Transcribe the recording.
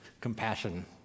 compassion